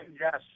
yes